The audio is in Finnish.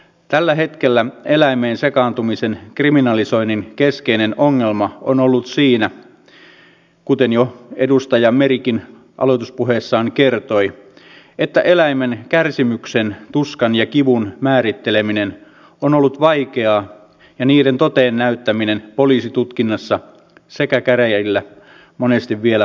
tällä hetkellä eläimeen sekaantumisen kriminalisoinnin keskeinen ongelma on ollut siinä kuten jo edustaja merikin aloituspuheessaan kertoi että eläimen kärsimyksen tuskan ja kivun määritteleminen on ollut vaikeaa ja niiden toteen näyttäminen poliisitutkinnassa sekä käräjillä monesti vielä vaikeampaa